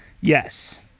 Yes